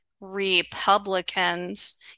Republicans